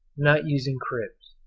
not using cribs.